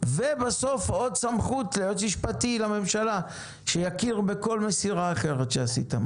ובסוף עוד סמכות ליועץ משפטי לממשלה שיכיר בכל מסירה אחרת שעשית.